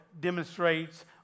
demonstrates